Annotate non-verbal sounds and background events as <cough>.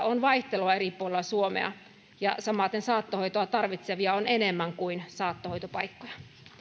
<unintelligible> on vaihtelua eri puolilla suomea ja samaten saattohoitoa tarvitsevia on enemmän kuin saattohoitopaikkoja